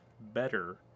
better